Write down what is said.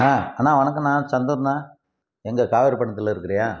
ஆ அண்ணா வணக்கண்ணா சந்துருண்ணா எங்கே காவேரிபட்டினத்துல இருக்கிறீயா